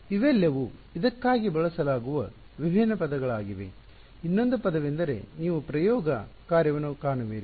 ಇವೆಲ್ಲವೂ ಇದಕ್ಕಾಗಿ ಬಳಸಲಾಗುವ ವಿಭಿನ್ನ ಪದಗಳಾಗಿವೆ ಇನ್ನೊಂದು ಪದವೆಂದರೆ ನೀವು ಪ್ರಯೋಗ ಕಾರ್ಯವನ್ನು ಕಾಣುವಿರಿ